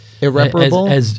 irreparable